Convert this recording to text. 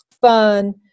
fun